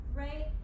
right